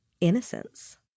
innocence